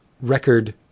record